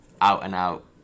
out-and-out